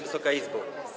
Wysoka Izbo!